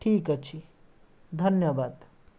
ଠିକ୍ ଅଛି ଧନ୍ୟବାଦ